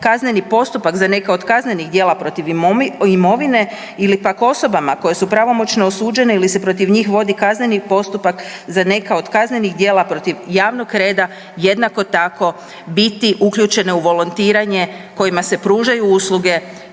kazneni postupak za neke od kaznenih djela protiv imovine ili pak osobama koje su pravomoćno osuđene ili se protiv njih vodi kazneni postupak za neka od kaznenih djela protiv javnog reda, jednako tako biti uključene u volontiranje kojima se pružaju usluge